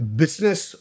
business